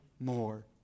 more